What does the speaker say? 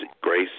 Grace